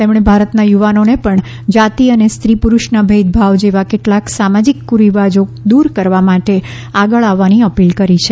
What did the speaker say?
તેમણે ભારતના યુવાનોને પણ જાતિ અને સ્ત્રી પુડુષના ભેદભાવ જેવા કેટલાંક સામાજિક કુરિવાજો દૂર કરવા માટે આગળ આવવાની અપીલ કરી છે